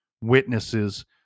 witnesses